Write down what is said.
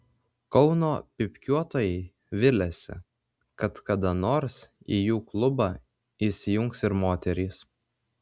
kauno pypkiuotojai viliasi kad kada nors į jų klubą įsijungs ir moterys